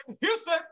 Houston